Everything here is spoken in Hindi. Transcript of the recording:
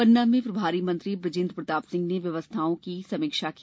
पन्ना में प्रभारी मंत्री बुजेन्द्र प्रताप सिंह ने स्वास्थ्य व्यवस्थाओं की समीक्षा की